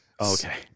Okay